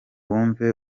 wumve